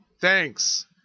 Thanks